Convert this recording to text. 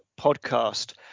Podcast